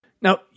Now